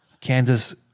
Kansas